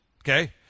Okay